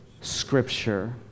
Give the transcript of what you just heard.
scripture